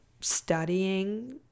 studying